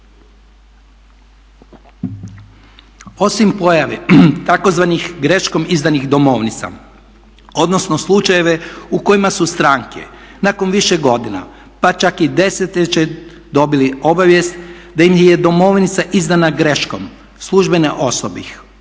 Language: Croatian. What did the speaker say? Osim pojave tzv. greškom izdanih domovnica odnosno slučajeve u kojima su stranke nakon više godina pa čak i desetljeće dobili obavijest da im je domovnica izdana greškom služene osobe.